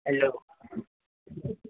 hello